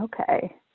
Okay